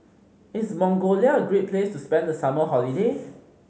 is Mongolia a great place to spend the summer holiday